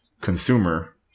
consumer